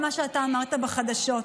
על מה שאתה אמרת בחדשות,